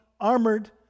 armored